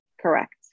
Correct